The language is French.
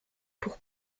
pour